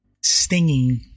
stinging